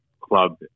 club